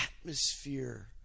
atmosphere